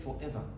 forever